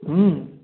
हूँ